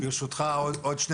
ברשותך, עוד שתי מילים.